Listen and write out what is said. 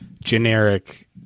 generic